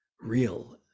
real